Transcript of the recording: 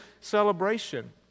celebration